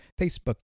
facebook